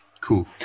Cool